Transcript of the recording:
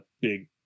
big